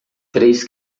três